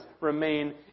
remain